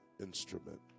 Instrument